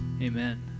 Amen